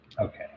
Okay